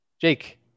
jake